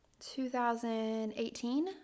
2018